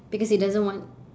because he doesn't want